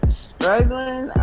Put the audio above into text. struggling